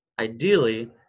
ideally